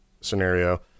scenario